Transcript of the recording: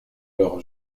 leurs